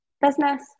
business